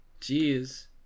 Jeez